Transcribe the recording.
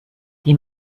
die